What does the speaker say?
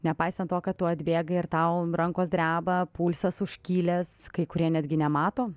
nepaisant to kad tu atbėgai ir tau rankos dreba pulsas užkilęs kai kurie netgi nemato